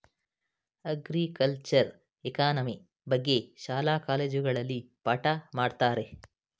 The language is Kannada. ಅಗ್ರಿಕಲ್ಚರೆ ಎಕಾನಮಿ ಬಗ್ಗೆ ಶಾಲಾ ಕಾಲೇಜುಗಳಲ್ಲಿ ಪಾಠ ಮಾಡತ್ತರೆ